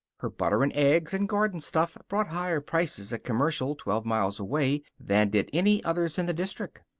her butter and eggs and garden stuff brought higher prices at commercial, twelve miles away, than did any other's in the district.